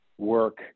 work